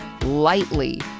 lightly